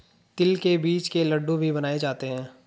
तिल के बीज के लड्डू भी बनाए जाते हैं